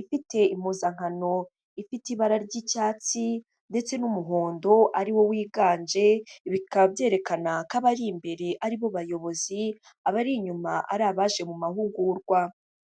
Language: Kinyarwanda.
ifite impuzankano ifite ibara ry'icyatsi ndetse n'umuhondo ari wo wiganje, bikaba byerekana ko abari imbere aribo bayobozi abari inyuma ari abaje mu mahugurwa.